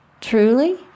Truly